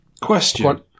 Question